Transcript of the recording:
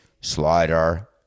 slider